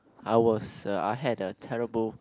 I was uh I had a terrible